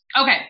Okay